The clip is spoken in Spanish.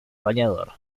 bañador